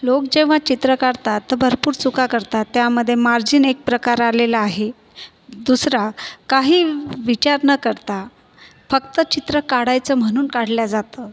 लोक जेव्हा चित्र काढतात तर भरपूर चुका करतात त्यामधे मार्जिन एक प्रकार आलेला आहे दुसरा काही वि विचार न करता फक्त चित्र काढायचं म्हणून काढलं जातं